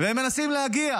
הם מנסים להגיע